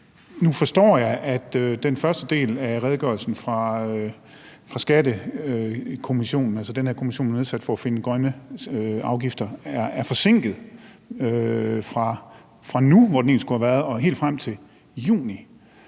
Nu forstår jeg, at den første del af redegørelsen fra Skattekommissionen, altså den her kommission, der er nedsat for at finde grønne afgifter, er forsinket fra nu, hvor den egentlig skulle have været færdig, og helt frem til juni,